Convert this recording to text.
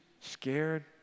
Scared